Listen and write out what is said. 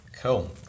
Cool